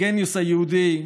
הגניוס היהודי,